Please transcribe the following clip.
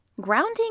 Grounding